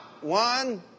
one